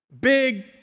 Big